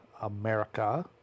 America